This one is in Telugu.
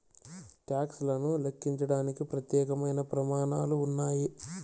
టాక్స్ లను లెక్కించడానికి ప్రత్యేకమైన ప్రమాణాలు ఉన్నాయి